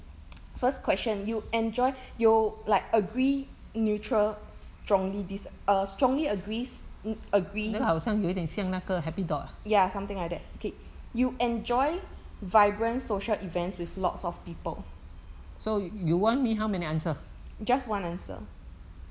first question you enjoy 有 like agree netural strongly disa~ err strongly agrees agree ya something like that okay you enjoy vibrant social events with lots of people just one answer